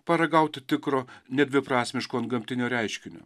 paragauti tikro nedviprasmiško antgamtinio reiškinio